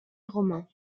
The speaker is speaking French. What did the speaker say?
romains